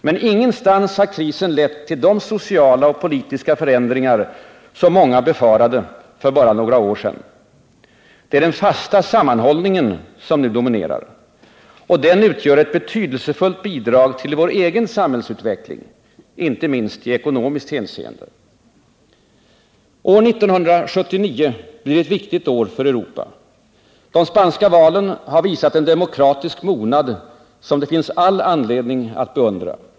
Men ingenstans har krisen lett till de sociala och politiska förändringar som många befarade för bara några år sedan. Det är den fasta sammanhållningen som dominerar. Och den utgör ett betydelsefullt bidrag till vår egen samhällsutveckling, inte minst i ekonomiskt hänseende. År 1979 blir ett viktigt år för Europa. De spanska valen har visat en demokratisk mognad som det finns all anledning att beundra.